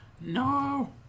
no